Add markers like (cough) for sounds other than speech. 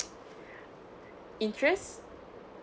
(noise) interest